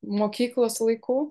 mokyklos laikų